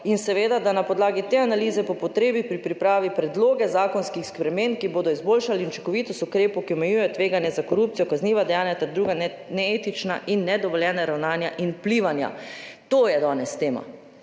in seveda, da na podlagi te analize po potrebi pri pripravi predloge zakonskih sprememb, ki bodo izboljšali učinkovitost ukrepov, ki omejujejo tveganja za korupcijo, kazniva dejanja ter druga neetična in nedovoljena ravnanja in vplivanja. To je danes tema.